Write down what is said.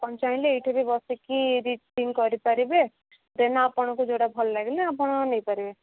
ଆପଣ ଚାହିଁଲେ ଏଇଠି ବି ବସିକି ରିଡ଼ିଙ୍ଗ୍ କରିପାରିବେ ଦେନ୍ ଆପଣଙ୍କୁ ଯେଉଁଟା ଭଲ ଲାଗିଲେ ଆପଣ ନେଇପାରିବେ